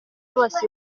bose